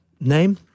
Name